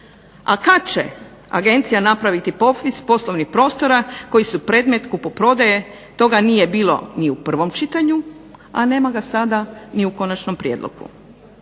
A kada će agencija napraviti popis poslovnih prostora koji su predmet kupoprodaje toga nije bilo ni u prvom čitanju, a nema ga sada ni u konačnom prijedlogu,